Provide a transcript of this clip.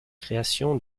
création